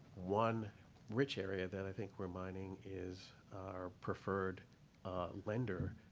one rich area that i think we're mining is our preferred lenders